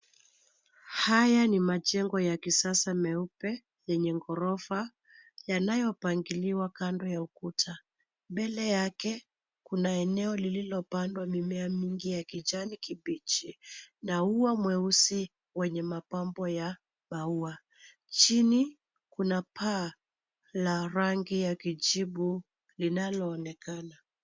Haya ni majengo ya kisasa meupe yenye ghorofa yanayopangiliwa kando ya ukuta. Mbele yake kuna eneo lililopandwa mimea mingi ya kijani kibichi. Na ua mweusi wenye mapambo ya maua. Chini kuna paa la rangi ya kijivu linaloonekana.